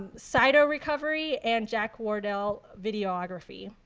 cyto-recovery and jack wardell videography.